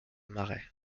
marais